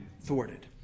thwarted